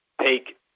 take